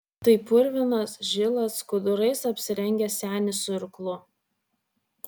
tai purvinas žilas skudurais apsirengęs senis su irklu